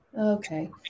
okay